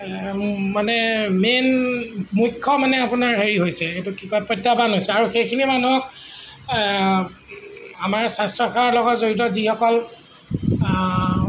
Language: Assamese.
মানে মেইন মুখ্য মানে আপোনাৰ হেৰি হৈছে এইটো কি কয় প্ৰত্যাহ্বান হৈছে আৰু সেইখিনি মানুহক আমাৰ স্বাস্থ্য সেৱাৰ লগত জড়িত যিসকল